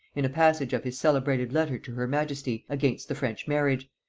in a passage of his celebrated letter to her majesty against the french marriage,